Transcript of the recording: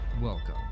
Welcome